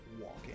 walking